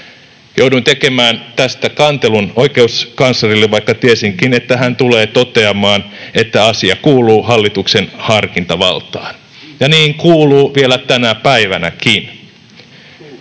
Jouduin tekemään tästä kantelun oikeuskanslerille, vaikka tiesinkin, että hän tulee toteamaan, että asia kuuluu hallituksen harkintavaltaan. Ja niin kuuluu vielä tänä päivänäkin.